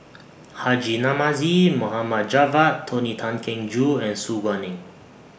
Haji Namazie Mohd Javad Tony Tan Keng Joo and Su Guaning